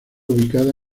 ubicada